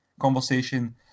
conversation